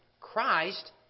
Christ